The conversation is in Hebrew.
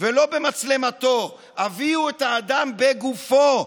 ולא במצלמתו, הביאו את האדם בגופו.